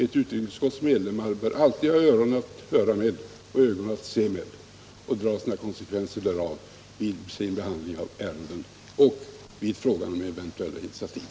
Ett utrikesutskotts medlemmar bör alltid ha öron att höra med och ögon att se med och dra konsekvenserna därav vid sin behandling av ärendena och i fråga om eventuella initiativ.